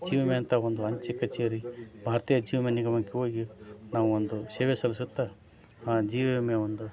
ಜೀವ ವಿಮೆ ಅಂತ ಒಂದು ಅಂಚೆ ಕಛೇರಿ ಭಾರತೀಯ ಜೀವ ವಿಮೆ ನಿಗಮಕ್ಕೆ ಹೋಗಿ ನಾವು ಒಂದು ಸೇವೆ ಸಲ್ಲಿಸುತ್ತಾ ಜೀವ ವಿಮೆ ಒಂದು